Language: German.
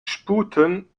sputen